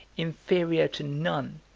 inferior to none,